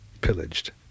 pillaged